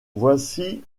voici